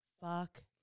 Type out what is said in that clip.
fuck